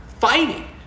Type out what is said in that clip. fighting